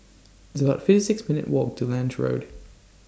It's about fifty six minutes' Walk to Lange Road